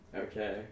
Okay